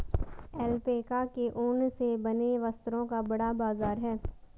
alpaca के ऊन से बने वस्त्रों का बड़ा बाजार है